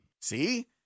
See